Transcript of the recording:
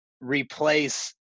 replace